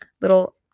Little